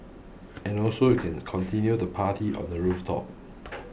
and also you can continue the party on the rooftop